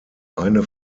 eine